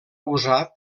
usar